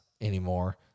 anymore